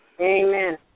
Amen